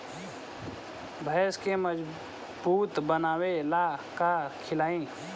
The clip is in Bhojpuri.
भैंस के मजबूत बनावे ला का खिलाई?